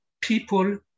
people